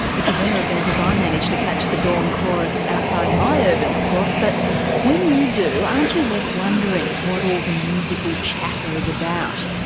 it's a rare event if i manage to catch the dawn chorus outside my urban and squat but when you do aren't you left wondering what all the musical chatter is about?